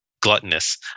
gluttonous